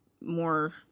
more